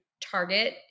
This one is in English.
Target